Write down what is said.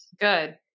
Good